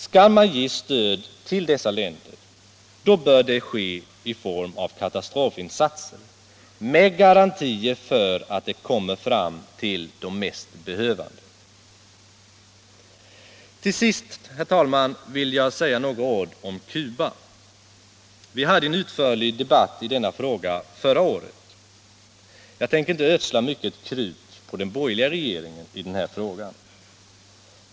Skall stöd ges till dessa länder, bör det ske i form av katastrofinsatser med garantier för att man når de mest behövande. Jag skall också, herr talman, säga några ord om Cuba. Vi hade en utförlig debatt i denna fråga förra året. Jag tänker inte ödsla mycket krut på den borgerliga regeringen.